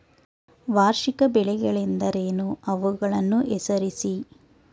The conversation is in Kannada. ವಾರ್ಷಿಕ ಬೆಳೆಗಳೆಂದರೇನು? ಅವುಗಳನ್ನು ಹೆಸರಿಸಿ?